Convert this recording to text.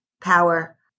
power